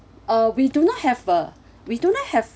uh we do not have a we do not have